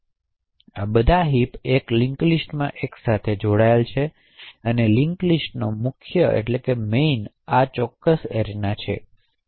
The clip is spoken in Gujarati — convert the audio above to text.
આ બધા હિપ એક લિંક્સ લિસ્ટમાં એક સાથે જોડાયેલા છે અને લિન્ક લિસ્ટનો મુખ્ય આ ચોક્કસ એરેના છે